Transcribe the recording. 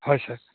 হয় ছাৰ